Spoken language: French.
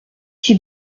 qui